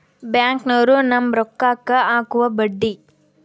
ಬ್ಯಾಂಕ್ನೋರು ನಮ್ಮ್ ರೋಕಾಕ್ಕ ಅಕುವ ಬಡ್ಡಿ